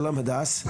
שלום הדס,